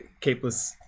capeless